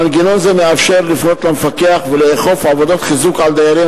מנגנון זה מאפשר לפנות למפקח ולאכוף עבודות חיזוק על דיירים